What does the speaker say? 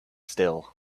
still